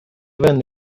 venne